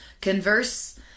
converse